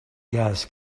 gas